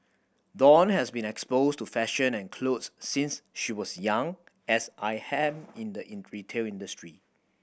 dawn has been exposed to fashion and clothes since she was young as I in the retail industry